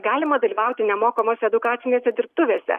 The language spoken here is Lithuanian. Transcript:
galima dalyvauti nemokamose edukacinėse dirbtuvėse